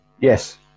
Yes